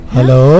Hello